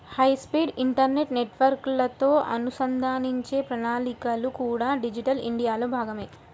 high speed internet నెట్వర్క్లతో అనుసంధానించే ప్రణాళికలు కూడా డిజిటల్ ఇండియాలో భాగమే